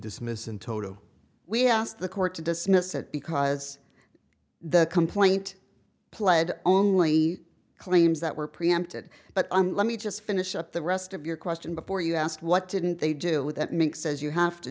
dismiss in toto we asked the court to dismiss it because the complaint pled only claims that were preempted but an let me just finish up the rest of your question before you asked what didn't they do with that make says you have to